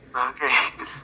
Okay